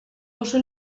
oso